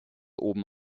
oben